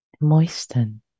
moisten